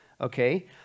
Okay